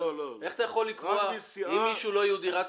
איך אתה יכול לקבוע אם מישהו לא יהודי רק